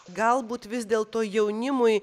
galbūt vis dėlto jaunimui